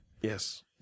Yes